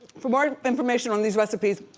for more information on these recipes,